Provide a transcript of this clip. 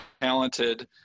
talented